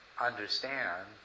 understand